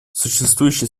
существующие